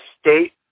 State